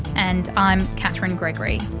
and i'm katherine gregory